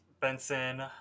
Benson